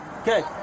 Okay